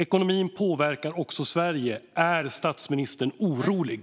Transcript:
Ekonomin påverkar också Sverige. Är statsministern orolig?